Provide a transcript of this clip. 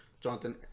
Jonathan